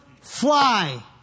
fly